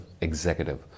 executive